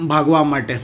ભાગવા માટે